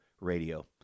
Radio